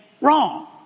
wrong